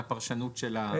מהפרשנות של החוק.